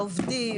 העובדים,